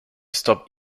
stop